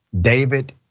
David